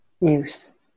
use